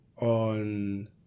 on